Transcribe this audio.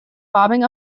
bobbing